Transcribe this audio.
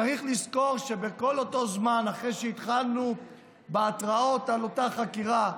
צריך לזכור שבכל אותו זמן שאחרי שהתחלנו בהתראות על אותה חקירה,